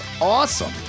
awesome